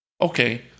okay